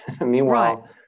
Meanwhile